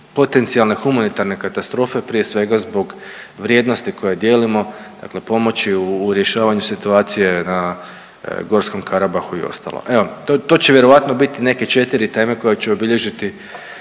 potencijalne humanitarne katastrofe prije svega zbog vrijednosti koje dijelimo dakle pomoći u rješavanju situacije na Gorskom Karabahu i ostalom. Evo, to će vjerojatno biti neke 4 teme koje će obilježiti